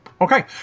Okay